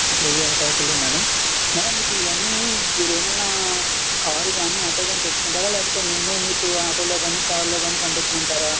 ఒక వెయ్యి అరిటాకులు మేడం మేడం మీకు ఇవన్నీ మీరు ఏమైనా కారు కానీ ఆటో కానీ తెచ్చుకుంటారా లేకపోతే మేమే మీకు ఆటోలో కానీ కారులో కానీ పంపించమంటారా